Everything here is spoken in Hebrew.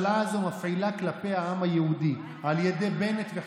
הוא מביא שם בדפים רבים את כל הדיאגרמות וכל